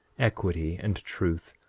equity, and truth,